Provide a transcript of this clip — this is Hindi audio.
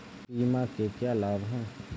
बीमा के क्या लाभ हैं?